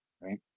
right